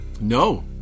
No